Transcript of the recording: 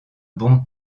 bon